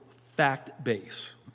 fact-based